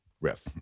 riff